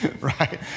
Right